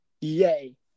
Yay